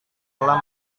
telah